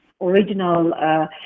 original